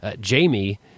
Jamie